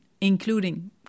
including